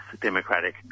democratic